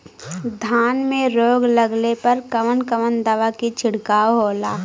धान में रोग लगले पर कवन कवन दवा के छिड़काव होला?